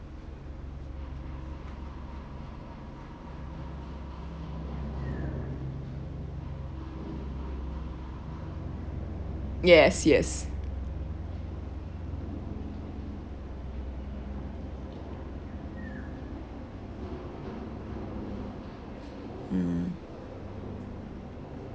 yes yes mm